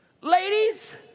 Ladies